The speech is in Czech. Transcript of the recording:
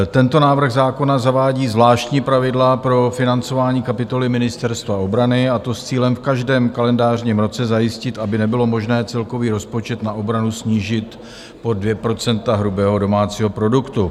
Tento návrh zákona zavádí zvláštní pravidla pro financování kapitoly Ministerstva obrany, a to s cílem v každém kalendářním roce zajistit, aby nebylo možné celkový rozpočet na obranu snížit pod 2 % hrubého domácího produktu.